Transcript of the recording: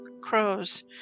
crows